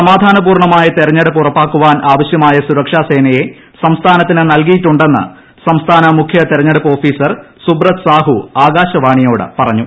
സമാധാനപൂർണമായ തെരഞ്ഞെടുപ്പ് ഉറപ്പാക്കാൻ ആവശ്യമായ സുരക്ഷാസേനയെ സംസ്ഥാനത്തിന് നൽകിയിട്ടുണ്ടെന്ന് സംസ്ഥാന മുഖ്യ തെരഞ്ഞെടുപ്പ് ഓഫീസർ സുബ്രത് സാഹൂ ആകാശവാണിയോട് പറഞ്ഞു